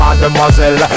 mademoiselle